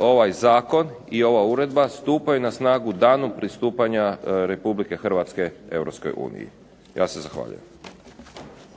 ovaj zakon i ova uredba stupaju na snagu danom pristupanja Republike Hrvatske Europskoj uniji.